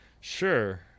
Sure